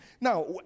Now